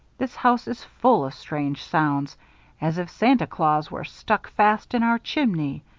this house is full of strange sounds as if santa claus were stuck fast in our chimney.